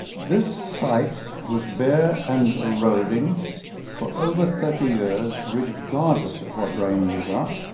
this site was bare and eroding for over thirty years regardless of what rain we got.